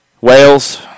Wales